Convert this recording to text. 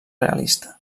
realista